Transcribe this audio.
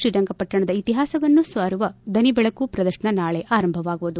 ಶ್ರೀರಂಗಪಟ್ಟಣದ ಇತಿಹಾಸವನ್ನು ಸಾರುವ ಧ್ವನಿಬೆಳಕು ಪ್ರದರ್ಶನ ನಾಳೆ ಆರಂಭವಾಗುವುದು